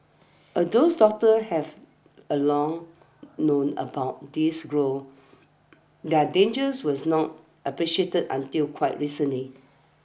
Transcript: all those doctors have a long known about these growths their dangers was not appreciated until quite recently